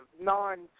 non